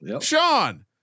Sean